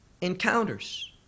encounters